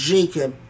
Jacob